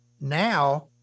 Now